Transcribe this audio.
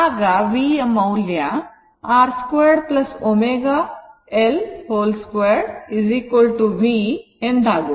ಆಗ v ಮೌಲ್ಯ R 2 ω L2 v ಎಂದಾಗುತ್ತದೆ